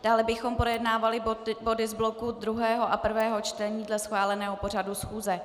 Dále bychom projednávali body z bloku druhého a prvého čtení dle schváleného pořadu schůze.